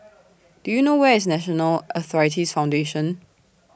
Do YOU know Where IS National Arthritis Foundation